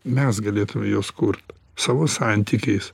mes galėtume juos kurt savo santykiais